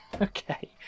Okay